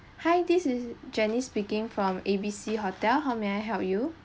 hi this is janice speaking from A B C hotel how may I help you